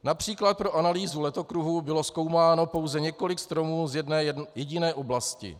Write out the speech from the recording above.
Například pro analýzu letokruhů bylo zkoumáno pouze několik stromů z jedné jediné oblasti.